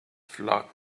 flock